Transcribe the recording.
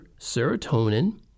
serotonin